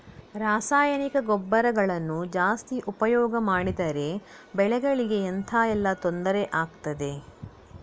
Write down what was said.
ರಾಸಾಯನಿಕ ಗೊಬ್ಬರಗಳನ್ನು ಜಾಸ್ತಿ ಉಪಯೋಗ ಮಾಡಿದರೆ ಬೆಳೆಗಳಿಗೆ ಎಂತ ಎಲ್ಲಾ ತೊಂದ್ರೆ ಆಗ್ತದೆ?